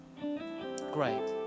great